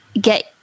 get